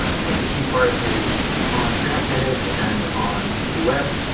i think a key part is on react native and on the web,